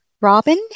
Robin